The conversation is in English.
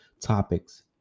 topics